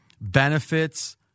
benefits